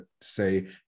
say